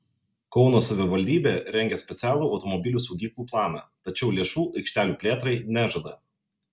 kauno savivaldybė rengia specialų automobilių saugyklų planą tačiau lėšų aikštelių plėtrai nežada